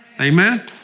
Amen